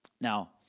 Now